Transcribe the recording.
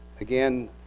Again